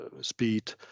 speed